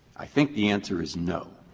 i think the answer is no.